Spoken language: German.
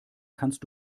kannst